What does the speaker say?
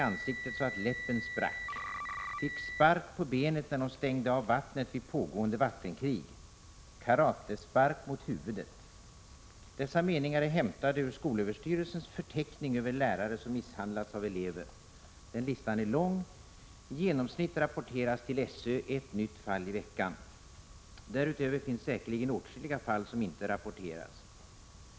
Dessa meningar är hämtade ur skolöverstyrelsens förteckning över lärare som misshandlats av elever. Den listan är lång. I genomsnitt rapporters till SÖ ett nytt fall i veckan. Därutöver finns säkerligen åtskilliga fall som inte rapporteras.